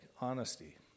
honesty